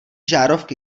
žárovky